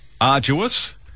arduous